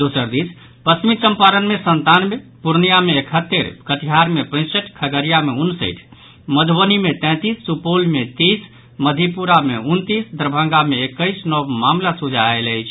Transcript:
दोसर दिस पश्चिमी चंपारण मे संतानवे पूर्णिया मे एकहत्तरि कटिहार मे पैंसठि खगड़िया मे उनसठि मधुबनी मे तैंतीस सुपौल मे तीस मधेपुरा मे उनतीस दरभंगा मे एक्कीस नव मामिला सोझा आयल अछि